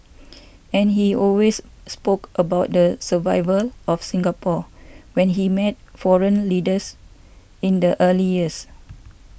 and he always spoke about the survival of Singapore when he met foreign leaders in the early years